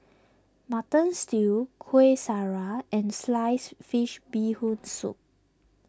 Mutton Stew Kuih Syara and Sliced Fish Bee Hoon Soup